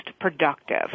productive